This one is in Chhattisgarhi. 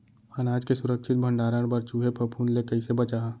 अनाज के सुरक्षित भण्डारण बर चूहे, फफूंद ले कैसे बचाहा?